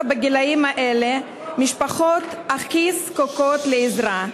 בגילים האלה משפחות הכי זקוקות לעזרה,